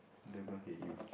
then everyone hate you